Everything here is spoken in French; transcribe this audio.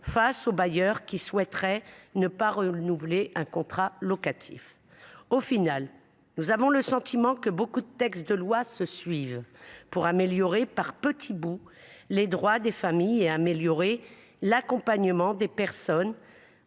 face aux bailleurs qui souhaiteraient ne pas renouveler un contrat locatif. Au total, nous avons le sentiment que de nombreux textes de loi se suivent pour améliorer par petits bouts les droits des familles et l’accompagnement des plus